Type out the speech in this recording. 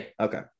Okay